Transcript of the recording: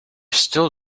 still